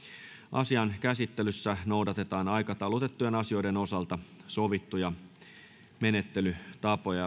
asian käsittelyssä noudatetaan aikataulutettujen asioiden osalta sovittuja menettelytapoja